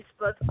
Facebook